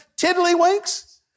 tiddlywinks